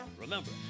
Remember